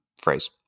phrase